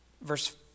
Verse